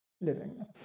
living